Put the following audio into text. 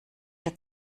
der